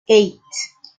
eight